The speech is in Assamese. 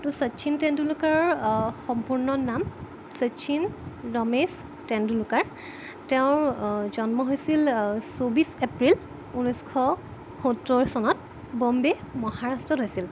ত' শচীন তেণ্ডুলকাৰৰ সম্পূৰ্ণ নাম শচীন ৰমেশ তেণ্ডুলকাৰ তেওঁৰ জন্ম হৈছিল চৌব্বিছ এপ্ৰিল ঊনৈছশ সত্তৰ চনত বম্বে' মহাৰাষ্ট্ৰত হৈছিল